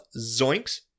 Zoinks